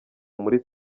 muri